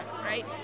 right